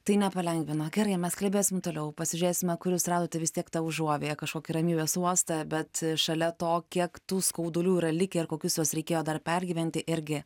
tai nepalengvino gerai mes kalbėsim toliau pasižiūrėsime kur jūs radote vis tiek tą užuovėją kažkokį ramybės uostą bet šalia to kiek tų skaudulių yra likę ir kokius juos reikėjo dar pergyventi irgi